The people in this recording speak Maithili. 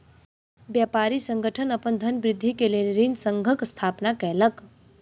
व्यापारी संगठन अपन धनवृद्धि के लेल ऋण संघक स्थापना केलक